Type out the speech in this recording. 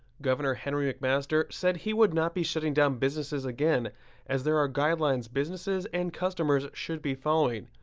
governor henry mcmaster said he would not be shutting down businesses again as there are guidelines, businesses and customers should be following.